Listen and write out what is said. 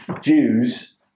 Jews